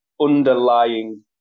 underlying